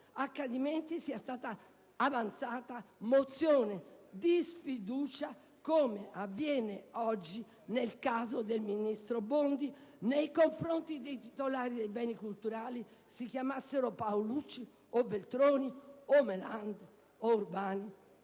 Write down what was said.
accadimenti sia stata avanzata una mozione di sfiducia, come avviene oggi nel caso del ministro Bondi, nei confronti dei titolari dei Beni culturali, si chiamassero Paolucci, Veltroni, Melandri, Urbani